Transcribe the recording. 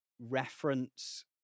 reference